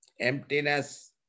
emptiness